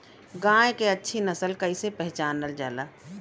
गाय के अच्छी नस्ल कइसे पहचानल जाला?